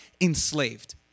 enslaved